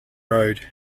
road